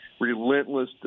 Relentless